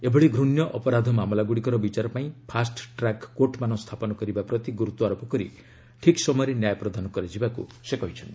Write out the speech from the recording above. ଏଭଳି ଘୂଣ୍ୟ ଅପରାଧ ମାମଲାଗୁଡ଼ିକର ବିଚାର ପାଇଁ ଫାଷ୍ଟ ଟ୍ରାକ୍ କୋର୍ଟମାନ ସ୍ଥାପନ କରିବା ପ୍ରତି ଗୁରୁତ୍ୱ ଆରୋପ କରି ଠିକ୍ ସମୟରେ ନ୍ୟାୟ ପ୍ରଦାନ କରାଯିବାକ୍ ସେ କହିଛନ୍ତି